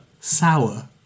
Sour